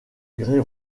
grès